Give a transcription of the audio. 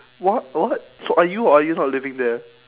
what what so are you or are you not living there